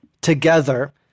together